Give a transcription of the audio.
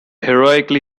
heroically